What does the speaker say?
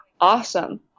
Awesome